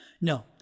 No